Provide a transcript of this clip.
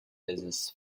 business